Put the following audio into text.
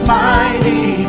mighty